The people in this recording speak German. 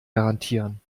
garantieren